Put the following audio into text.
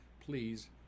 please